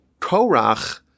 Korach